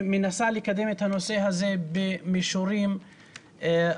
שמנסה לקדם את הנושא הזה במישורים רבים.